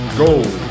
gold